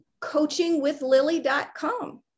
coachingwithlily.com